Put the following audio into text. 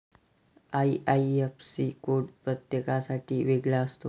IIFC code प्रत्येकासाठी वेगळा असतो